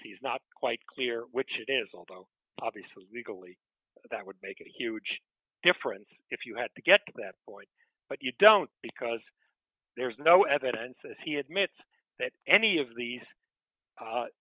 is not quite clear which it is although obviously legally that would make a huge difference if you had to get that but you don't because there's no evidence that he admits that any of these